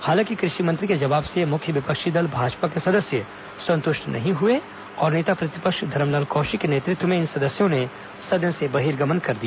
हालांकि कृषि मंत्री के जवाब से मुख्य विपक्षी दल भाजपा के सदस्य संतुष्ट नहीं हुए और नेता प्रतिपक्ष धरमलाल कौशिक के नेतृत्व में इन सदस्यों ने सदन से बहिर्गमन कर दिया